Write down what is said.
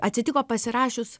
atsitiko pasirašius